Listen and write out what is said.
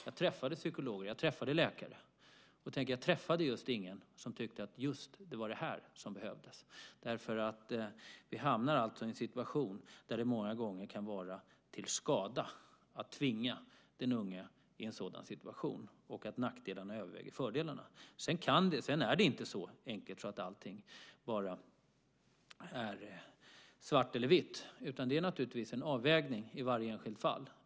Jag träffade psykologer och läkare, och jag träffade just ingen som tyckte att det var detta som behövdes. Det kan många gånger vara till skada att tvinga den unge i en sådan situation, och nackdelarna överväger fördelarna. Sedan är det inte så enkelt att allt är svart eller vitt. Utan det krävs naturligtvis en avvägning i varje enskilt fall.